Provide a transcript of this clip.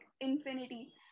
infinity